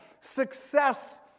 success